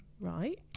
Right